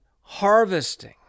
harvesting